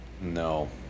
no